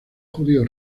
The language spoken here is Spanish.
judío